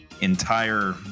entire